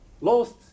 lost